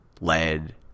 lead